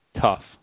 tough